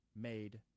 made